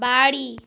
বাড়ি